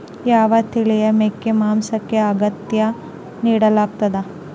ಯಾವ ತಳಿಯ ಮೇಕೆ ಮಾಂಸಕ್ಕೆ, ಆದ್ಯತೆ ನೇಡಲಾಗ್ತದ?